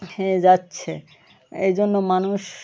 হয়ে যাচ্ছে এই জন্য মানুষ